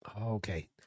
Okay